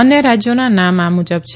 અન્ય રાજ્યોના નામ આ મુજબ છે